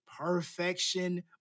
perfection